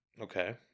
Okay